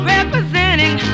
Representing